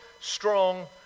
strong